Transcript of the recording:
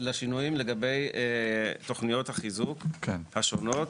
לשינויים לגבי תוכניות החיזוק השונות.